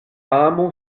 amo